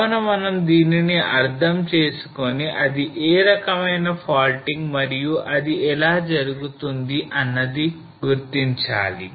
కావున మనం దీనిని అర్థం చేసుకొని అది ఏ రకమైన faulting మరియు అది ఎలా జరుగుతుంది అన్నది గుర్తించాలి